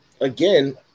again